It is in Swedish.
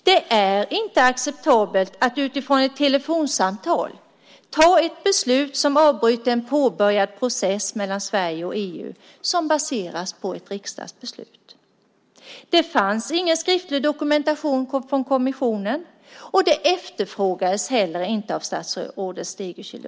Det är inte acceptabelt att utifrån ett telefonsamtal ta ett beslut som avbryter en påbörjad process mellan Sverige och EU som baseras på ett riksdagsbeslut. Det fanns ingen skriftlig dokumentation från kommissionen. Det efterfrågades heller inte av statsrådet Stegö Chilò.